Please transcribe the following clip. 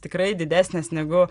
tikrai didesnės negu